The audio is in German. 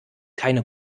keine